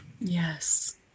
Yes